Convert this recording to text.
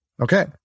Okay